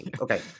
Okay